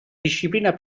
disciplina